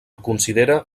considera